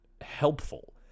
helpful